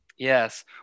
Yes